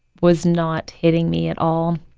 was not hitting me at all.